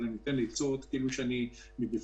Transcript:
אבל אני נותן עצות כאילו שאני מבפנים.